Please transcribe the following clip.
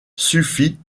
suffit